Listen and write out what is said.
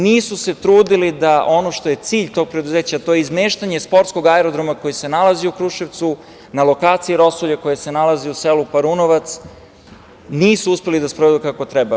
Nisu se trudili da ono što je cilj tog preduzeća, to izmeštanje sportskog aerodroma koji se nalazio u Kruševcu, na lokaciji Rosulje koje se nalazi u selu Parunovac, nisu uspeli da sprovedu kako treba.